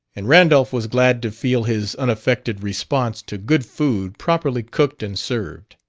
and randolph was glad to feel his unaffected response to good food properly cooked and served.